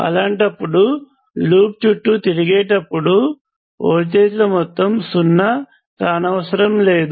అలాంటప్పుడు లూప్ చుట్టూ తిరిగేటప్పుడు వోల్టేజ్ల మొత్తం సున్నా కానవసరము లేదు